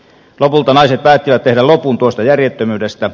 lopulta naiset päättivät tehdä lopun tuosta järjettömyydestä